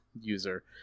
user